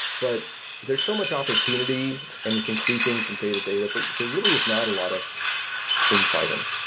but there's so much opportunity and it's increasing from day to day, that there there really is not a lot of infighting.